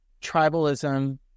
tribalism